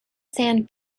sand